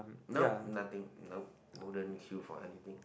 nope nothing nope wouldn't queue for anything